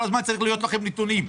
כל הזמן צריך להיות לכם נתונים.